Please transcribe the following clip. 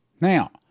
Now